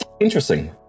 Interesting